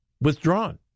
withdrawn